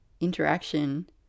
interaction